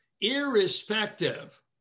irrespective